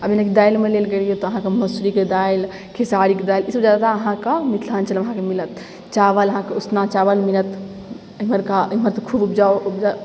आब जेनाकि दालि तऽ अहाँके मसूरीके दालि खेसारीके दालि ई सब जादातर अहाँके मिथिलाञ्चलमे अहाँके मिलत चावल अहाँके उसना चावल मिलत एमहरका एमहर तऽ खूब उपजाउ